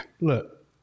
Look